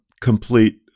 complete